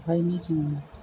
ओंखायनो जोङो